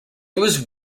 was